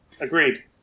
Agreed